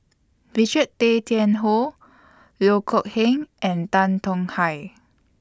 Richard Tay Tian Hoe Loh Kok Heng and Tan Tong Hye